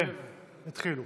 כן, תתחיל.